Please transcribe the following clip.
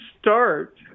start